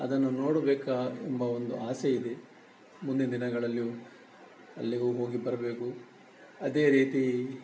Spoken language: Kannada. ಅದನ್ನು ನೋಡಬೇಕಾ ಎಂಬ ಒಂದು ಆಸೆ ಇದೆ ಮುಂದಿನ ದಿನಗಳಲ್ಲೂ ಅಲ್ಲಿಗೂ ಹೋಗಿ ಬರಬೇಕು ಅದೇ ರೀತಿ